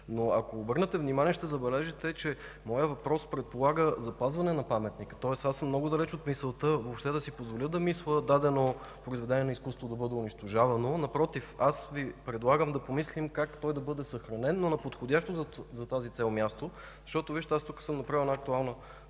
Ако обърнете внимание, ще забележите, че моят въпрос предполага запазване на паметника, тоест много далеч съм от това въобще да си позволя да мисля дадено произведение на изкуството да бъде унищожавано. Напротив, предлагам Ви да помислим как той да бъде съхранен, но на подходящо за тази цел място. Вижте, тук съм направил актуална